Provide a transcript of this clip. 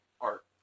art